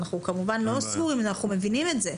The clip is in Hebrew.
אנחנו מבינים את זה,